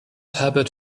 herbert